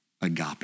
Agape